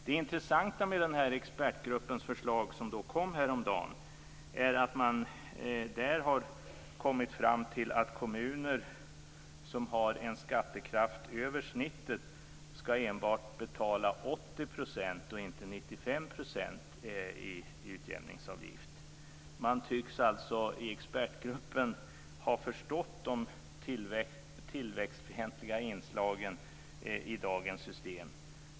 Det intressanta med expertgruppens förslag som kom häromdagen är att man där har kommit fram till att kommuner som har en skattekraft över snittet enbart ska betala 80 % och inte 95 % i utjämningsavgift. Man tycks alltså i expertgruppen ha förstått de tillväxtfientliga inslagen i dagens system.